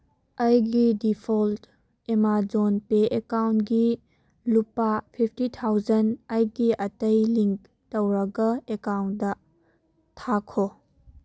ꯑꯩꯒꯤ default Amazon pay ꯑꯦꯀꯥꯎꯟꯀꯤ ꯂꯨꯄꯥ ꯐꯤꯐꯇꯤ ꯊꯥꯎꯖꯟ ꯑꯩꯒꯤ ꯑꯇꯩ ꯂꯤꯡꯛ ꯇꯧꯔꯒ ꯑꯦꯀꯥꯎꯟꯗ ꯊꯥꯈꯣ